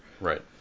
Right